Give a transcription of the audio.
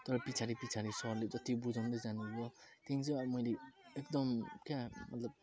तर पछाडि पछाडि सरले जति बुझाउँदै जानुभयो त्यहाँदेखिन् चाहिँ अब मैले एकदम क्या मतलब